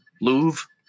Louvre